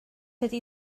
ydy